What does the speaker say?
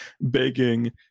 begging